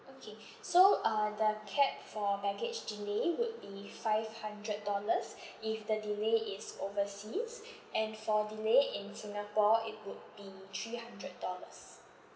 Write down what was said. okay so uh the cap for baggage delay would be five hundred dollars if the delay is overseas and for delay in singapore it would be three hundred dollars